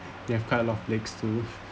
they've kind a lot of legs too